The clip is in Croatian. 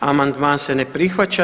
Amandman se ne prihvaća.